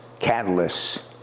catalysts